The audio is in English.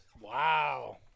Wow